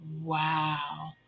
wow